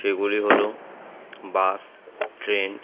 সেগুলি হল bus train